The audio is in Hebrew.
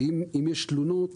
ואם יש תלונות